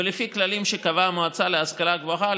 ולפי כללים שקבעה המועצה להשכלה גבוהה